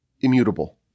immutable